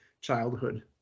childhood